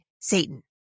Satan